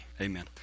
amen